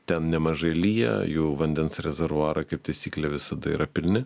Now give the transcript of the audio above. ten nemažai lyja jų vandens rezervuarai kaip taisyklė visada yra pilni